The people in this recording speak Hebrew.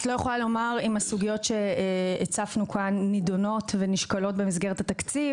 את לא יכולה לומר אם הסוגיות שהצפנו כאן נידונות ונשקלות במסגרת התקציב,